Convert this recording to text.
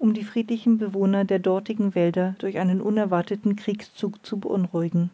um die friedlichen bewohner der dortigen wälder durch einen unerwarteten kriegszug zu beunruhigen